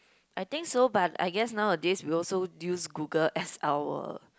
I think so but I guess nowadays we also use Google as our